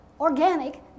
organic